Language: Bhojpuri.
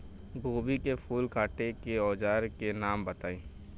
गोभी के फूल काटे के औज़ार के नाम बताई?